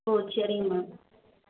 ஓ சரிங்க மேம்